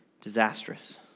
disastrous